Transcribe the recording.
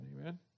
Amen